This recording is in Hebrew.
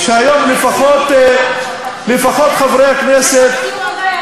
לפחות חברי הכנסת,